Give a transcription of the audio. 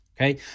okay